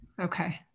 Okay